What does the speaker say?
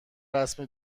رسم